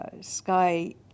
Sky